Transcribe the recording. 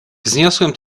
wzniosłem